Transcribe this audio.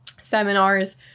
seminars